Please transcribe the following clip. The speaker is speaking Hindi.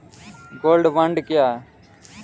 गोल्ड बॉन्ड क्या है?